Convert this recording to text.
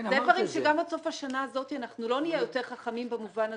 אלה דברים שגם עד סוף השנה הזאת אנחנו לא נהיה יותר חכמים במובן הזה.